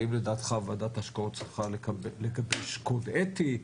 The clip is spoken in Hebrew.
האם לדעתך ועדת ההשקעות צריכה לגבש קוד אתי,